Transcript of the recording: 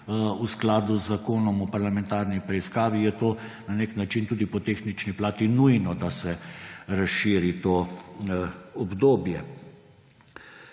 v skladu z Zakonom o parlamentarni preiskavi, je to na nek način tudi po tehnični plati nujno, da se razširi to obdobje.